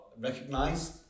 recognized